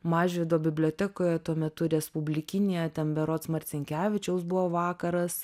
mažvydo bibliotekoje tuo metu respublikinėje ten berods marcinkevičiaus buvo vakaras